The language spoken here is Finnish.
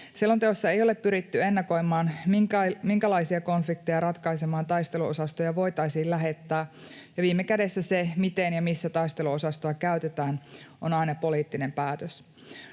Selonteossa ei ole pyritty ennakoimaan, minkälaisia konflikteja ratkaisemaan taisteluosastoja voitaisiin lähettää, ja viime kädessä se, miten ja missä taisteluosastoa käytetään, on aina poliittinen päätös.